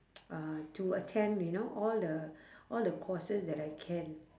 uh to attend you know all the all the courses that I can